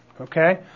Okay